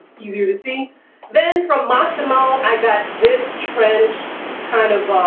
easier to see then from massimo. i got this trench kind of